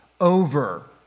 over